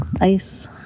ice